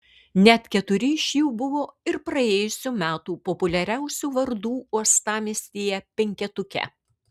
net keturi iš jų buvo ir praėjusių metų populiariausių vardų uostamiestyje penketuke